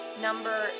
Number